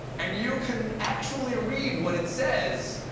and you can actually read what it says.